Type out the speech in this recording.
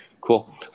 Cool